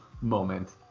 moment